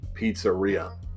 Pizzeria